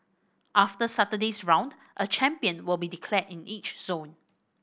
after Saturday's round a champion will be declared in each zone